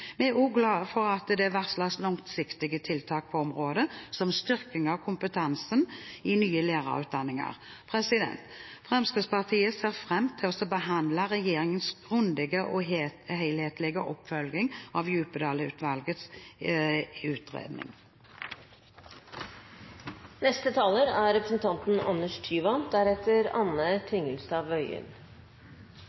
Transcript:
Vi er også glade for at det varsles langsiktige tiltak på området, som styrking av kompetansen i nye lærerutdanninger. Fremskrittspartiet ser fram til å behandle regjeringens grundige og helhetlige oppfølging av Djupedal-utvalgets utredning. Vi har allerede blitt ønsket velkommen til en forutsigbar debatt, men jeg er